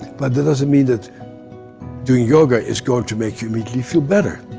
but that doesn't mean that doing yoga is going to make you immediately feel better.